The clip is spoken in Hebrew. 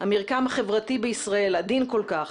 המרקם החברתי בישראל עדין כל כך,